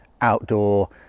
outdoor